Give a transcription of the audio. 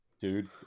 Dude